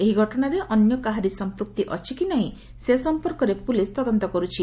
ଏହି ଘଟଣାରେ ଅନ୍ୟ କାହାର ସଂପ୍ପକ୍ତି ଅଛି କି ନାହିଁ ସେ ସଂପର୍କରେ ପୁଲିସ୍ ତଦନ୍ତ କରୁଛି